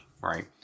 Right